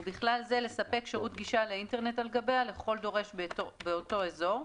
ובכלל זה לספק שירות גישה לאינטרנט על גביה לכל דורש באותו אזור,